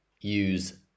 use